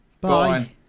Bye